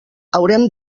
haurem